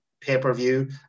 pay-per-view